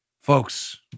folks